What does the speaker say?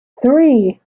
three